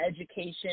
education